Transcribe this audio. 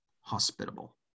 hospitable